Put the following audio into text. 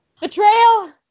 Betrayal